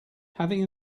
having